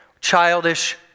childish